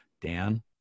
Dan